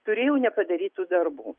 turėjau nepadarytų darbų